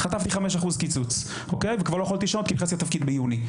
אז חטפתי 5% קיצוץ וכבר לא יכולתי לשנות כי נכנסתי לתפקיד ביוני.